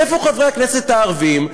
ואיפה חברי הכנסת הערבים?